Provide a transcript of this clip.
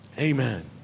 Amen